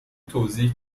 توضیح